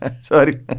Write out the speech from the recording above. Sorry